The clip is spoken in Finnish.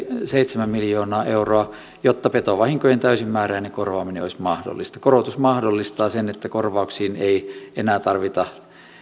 seitsemän miljoonaa euroa jotta petovahinkojen täysimääräinen korvaaminen olisi mahdollista korotus mahdollistaa sen että korvauksiin ei enää tarvita